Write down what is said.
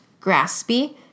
graspy